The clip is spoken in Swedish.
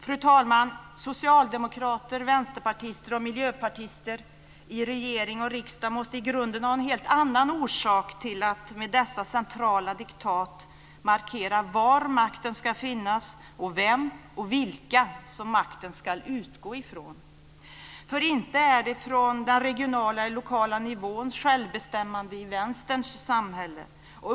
Fru talman! Socialdemokrater, vänsterpartister och miljöpartister i regering och riksdag måste i grunden ha en helt annan orsak till att med dessa centrala diktat markera var makten ska finnas och vem och vilka som makten ska utgå från. Det är inte från den regionala eller lokala nivåns självbestämmande i Vänsterns samhälle.